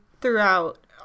throughout